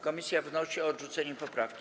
Komisja wnosi o odrzucenie poprawki.